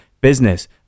business